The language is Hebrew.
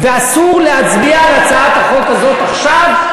ואסור להצביע על הצעת החוק הזאת עכשיו,